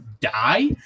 die